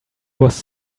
was